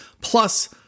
Plus